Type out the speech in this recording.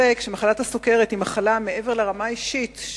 ספק שמחלת הסוכרת, מעבר לרמה האישית,